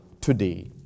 today